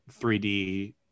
3D